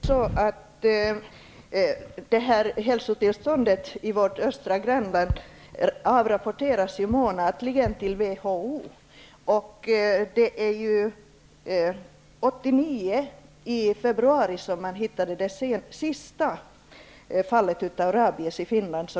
Fru talman! Hälsotillståndet i vårt östra grannland avrapporteras månadsvis till WHO. Det var i februari 1989 som man hittade det senaste fallet av rabies i Finland.